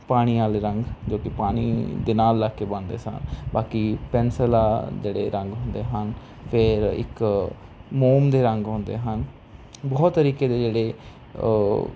ਪਾਣੀ ਵਾਲੇ ਰੰਗ ਜੋ ਕਿ ਪਾਣੀ ਦੇ ਨਾਲ ਲੱਗ ਕੇ ਬਣਦੇ ਸਨ ਬਾਕੀ ਪੈਨਸਿਲ ਆ ਜਿਹੜੇ ਰੰਗ ਹੁੰਦੇ ਹਨ ਫੇਰ ਇੱਕ ਮੋਮ ਦੇ ਰੰਗ ਹੁੰਦੇ ਹਨ ਬਹੁਤ ਤਰੀਕੇ ਦੇ ਜਿਹੜੇ